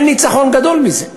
אין ניצחון גדול מזה.